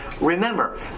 remember